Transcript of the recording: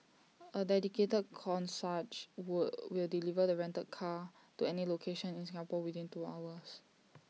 A dedicated concierge wall will deliver the rented car to any location in Singapore within two hours